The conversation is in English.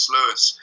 Lewis